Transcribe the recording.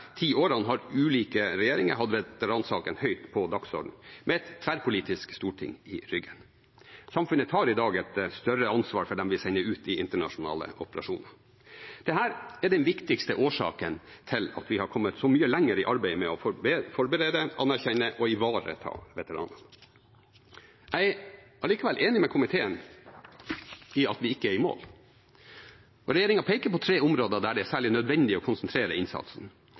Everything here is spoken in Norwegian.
ti årene har ulike regjeringer hatt veteransaken høyt på dagsordenen, med et tverrpolitisk storting i ryggen. Samfunnet tar i dag et større ansvar for dem vi sender ut i internasjonale operasjoner. Dette er den viktigste årsaken til at vi har kommet så mye lenger i arbeidet med å forberede, anerkjenne og ivareta veteranene. Jeg er likevel enig med komiteen i at vi ikke er i mål. Regjeringen peker på tre områder der det er særlig nødvendig å konsentrere innsatsen.